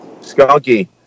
Skunky